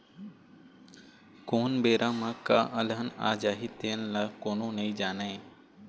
कोन बेरा म का अलहन आ जाही तेन ल कोनो नइ जानय